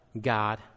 god